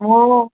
অঁ